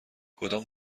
کدام